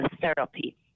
therapy